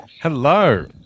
Hello